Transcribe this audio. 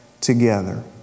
together